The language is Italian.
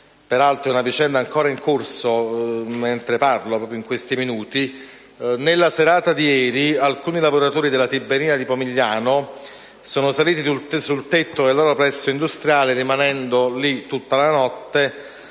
Peraltro, è una vicenda ancora in corso mentre parlo, proprio in questi minuti. Nella serata di ieri, alcuni lavoratori della Tiberina di Pomigliano d'Arco sono saliti sul tetto del loro plesso industriale rimanendo lì tutta la notte